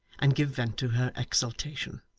and give vent to her exultation.